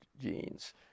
genes